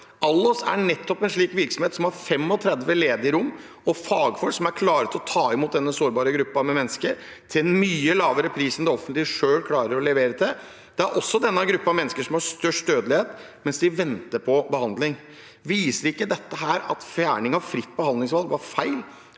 Allos er nettopp en slik virksomhet. Den har 35 ledige rom og fagfolk som er klare til å ta imot denne sårbare gruppen med mennesker til en mye lavere pris enn det offentlige selv klarer å levere. Det er også denne gruppen mennesker som har størst dødelighet mens de venter på behandling. Viser ikke dette at fjerningen av ordningen med fritt behandlingsvalg var feil?